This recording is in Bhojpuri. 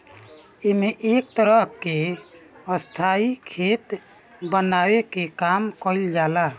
एमे एक तरह के स्थाई खेत बनावे के काम कईल जाला